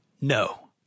no